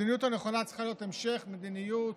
המדיניות הנכונה צריכה להיות המשך מדיניות